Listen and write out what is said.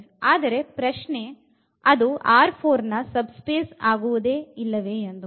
ಆದರೆ ಪ್ರಶ್ನೆ ಅದು ನ ಸಬ್ ಸ್ಪೇಸ್ ಆಗುವುದೇ ಇಲ್ಲವೇ ಎಂದು